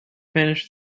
finished